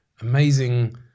amazing